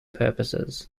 purposes